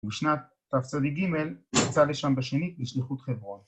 ובשנת תצ"ג, הוא יצא לשם בשנית, בשליחות חברון